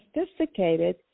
sophisticated